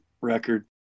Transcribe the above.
record